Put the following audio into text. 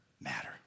matter